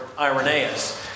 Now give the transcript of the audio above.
Irenaeus